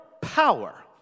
power